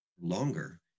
longer